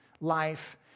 life